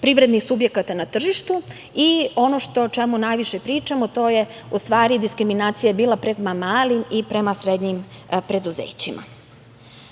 privrednih subjekata na tržištu i ono što čemu najviše pričamo to je, u stvari diskriminacija bila prema malim i srednjim preduzećima. Zatim,